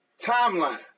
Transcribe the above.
timeline